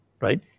right